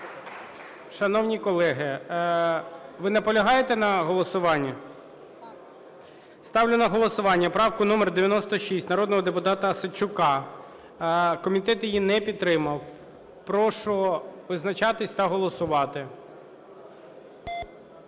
Шановні колеги… Ви наполягаєте на голосуванні? Ставлю на голосування правку номер 96 народного депутата Осадчука. Комітет її не підтримав. Прошу визначатися та голосувати.